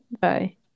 bye